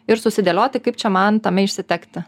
ir susidėlioti kaip čia man tame išsitekti